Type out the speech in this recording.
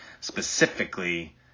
specifically